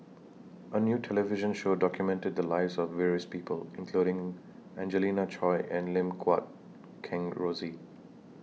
A New television Show documented The Lives of various People including Angelina Choy and Lim Guat Kheng Rosie